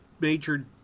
major